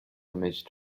image